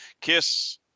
Kiss